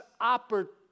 opportunities